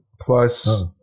plus